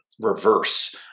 reverse